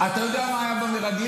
אתה יודע מה היה עם המרגלים?